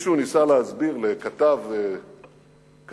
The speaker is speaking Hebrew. מישהו ניסה להסביר לכתב זר,